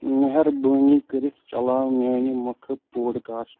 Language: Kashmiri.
مہربٲنی کٔرِتھ چلاو میٛانہِ مۄکھٕ پوڈ کاسٹ